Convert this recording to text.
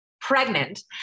pregnant